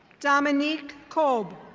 domonique cobe.